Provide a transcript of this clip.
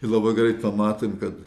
ir labai gerai pamatėm kad